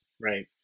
Right